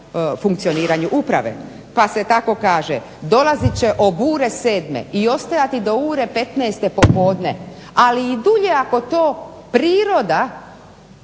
funkcioniranju uprave. Pa se tako kaže dolazit će ob ure sedme i ostajati do ure petnaeste popodne, ali i dulje ako to priroda